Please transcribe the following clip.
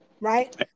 Right